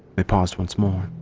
they paused once more.